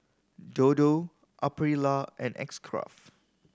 Dodo Aprilia and X Craft